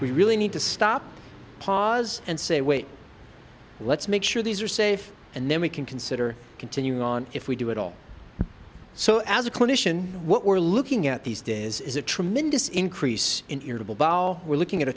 we really need to stop pause and say wait let's make sure these are safe and then we can consider continuing on if we do it all so as a clinician what we're looking at these days is a tremendous increase in irritable bowel we're looking at a